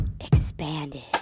Expanded